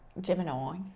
gemini